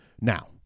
now